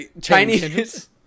chinese